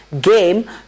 game